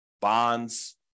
bonds